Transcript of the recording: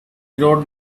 wrote